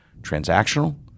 transactional